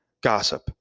gossip